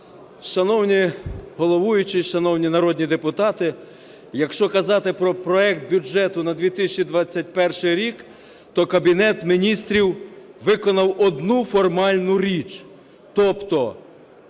Шановний головуючий, шановні народні депутати, якщо казати про проект бюджету на 2021 рік, то Кабінет Міністрів виконав одну формальну річ, тобто